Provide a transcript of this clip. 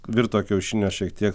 virto kiaušinio šiek tiek